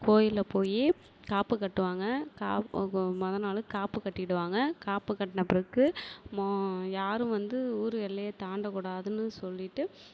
கோயிலில் போய் காப்பு கட்டுவாங்க காப்பு மொதல் நாள் காப்பு கட்டிடுவாங்க காப்பு கட்டின பிறகு மொ யாரும் வந்து ஊர் எல்லையை தாண்டக்கூடாதுனு சொல்லிவிட்டு